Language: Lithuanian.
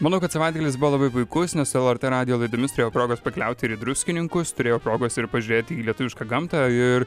manau kad savaitgalis buvo labai puikus nes su lrt radijo laidomis turėjau progos pakeliauti ir į druskininkus turėjau progos ir pažiūrėti į lietuvišką gamtą ir